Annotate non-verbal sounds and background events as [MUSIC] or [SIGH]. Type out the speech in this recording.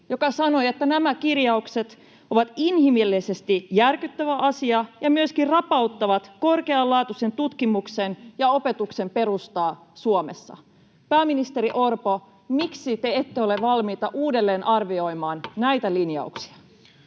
sanoi, että nämä kirjaukset ovat inhimillisesti järkyttävä asia ja myöskin rapauttavat korkealaatuisen tutkimuksen ja opetuksen perustaa Suomessa. Pääministeri Orpo, [NOISE] miksi te ette ole valmiita uudelleenarvioimaan näitä linjauksia?